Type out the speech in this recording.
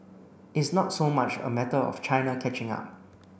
it's not so much a matter of China catching up